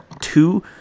two